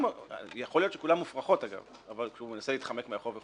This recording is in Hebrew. יכול להיות שכולן מופרכות כי הוא מנסה להתחמק מהחוב.